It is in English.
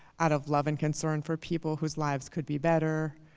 out of love and concern for people whose lives could be better,